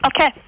Okay